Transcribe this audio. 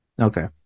Okay